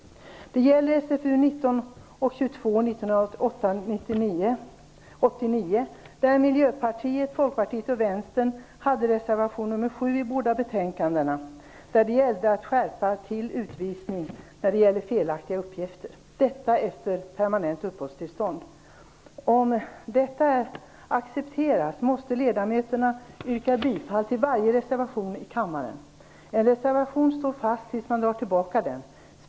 Det gäller Sfu:19 1988 Det gällde att skärpa till bedömningen i fråga om utvisningar i fall där felaktiga uppgifter förekommit. Det handlade om utvisningar efter det att permanent uppehållstillstånd utfärdats. Om detta accepteras måste ledamöterna yrka bifall till varje reservation i kammaren. En reservation står fast tills man drar tillbaka den.